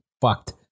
fucked